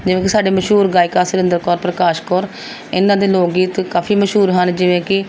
ਜਿਵੇਂ ਕਿ ਸਾਡੇ ਮਸ਼ਹੂਰ ਗਾਇਕਾ ਸੁਰਿੰਦਰ ਕੌਰ ਪ੍ਰਕਾਸ਼ ਕੌਰ ਇਹਨਾਂ ਦੇ ਲੋਕ ਗੀਤ ਕਾਫ਼ੀ ਮਸ਼ਹੂਰ ਹਨ ਜਿਵੇਂ ਕਿ